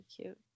cute